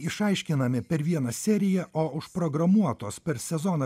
išaiškinami per vieną seriją o užprogramuotos per sezoną